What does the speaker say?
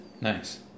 nice